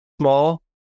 small